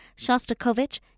Shostakovich